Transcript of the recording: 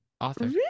Author